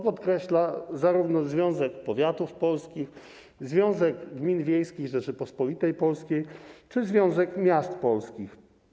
Podkreślają to Związek Powiatów Polskich, Związek Gmin Wiejskich Rzeczypospolitej Polskiej czy Związek Miast Polskich.